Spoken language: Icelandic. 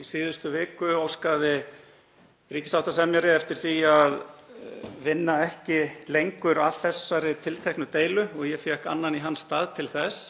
Í síðustu viku óskaði ríkissáttasemjari eftir því að vinna ekki lengur að þessari tilteknu deilu og ég fékk annan í hans stað til þess.